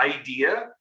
idea